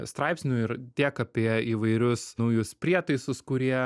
straipsnių ir tiek apie įvairius naujus prietaisus kurie